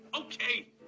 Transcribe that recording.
okay